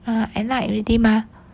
!huh! at night already mah